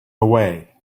away